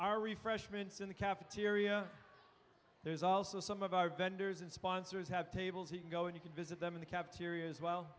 are refreshments in the cafeteria there's also some of our vendors and sponsors have tables you can go and you can visit them in the cafeteria as well